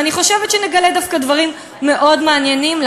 ואני חושבת שנגלה דווקא דברים מאוד מעניינים,